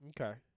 Okay